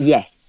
Yes